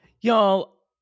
Y'all